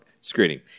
screening